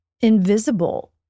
invisible